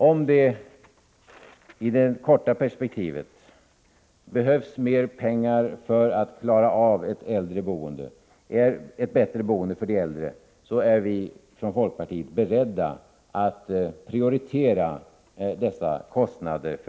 Om det i det korta perspektivet behövs mer pengar för att klara av åtgärderna för ett bättre boende för de äldre, är vi från folkpartiet beredda att prioritera dessa kostnader.